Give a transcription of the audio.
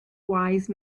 wise